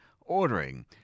ordering